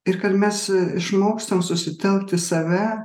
ir kad mes išmokstam susitelkt į save